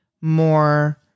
more